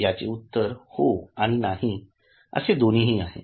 याचे उत्तर हो आणि नाही असे दोन्ही आहे